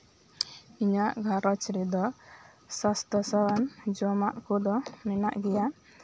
ᱤᱧᱟᱹᱜ ᱜᱷᱟᱸᱨᱚᱧᱡᱽ ᱨᱮᱫᱚ ᱥᱟᱥᱛᱟᱣᱟᱱ ᱡᱚᱢᱟᱜ ᱠᱚᱫᱚ ᱢᱮᱱᱟᱜ ᱜᱮᱭᱟ